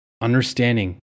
Understanding